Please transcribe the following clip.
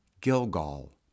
Gilgal